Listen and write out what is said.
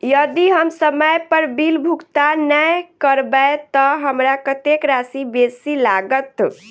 यदि हम समय पर बिल भुगतान नै करबै तऽ हमरा कत्तेक राशि बेसी लागत?